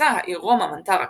לעומתה העיר רומא מנתה רק